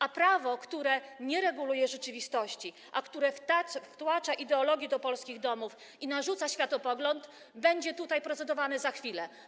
A projekt, który nie reguluje rzeczywistości, a wtłacza ideologię do polskich domów i narzuca światopogląd, będzie tutaj procedowany za chwilę.